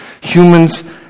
Humans